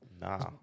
Nah